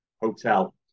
hotel